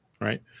Right